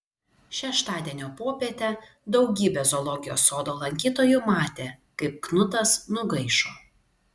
šeštadienio popietę daugybė zoologijos sodo lankytojų matė kaip knutas nugaišo